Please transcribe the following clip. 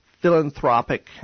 philanthropic